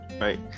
Right